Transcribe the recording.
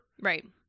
right